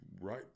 right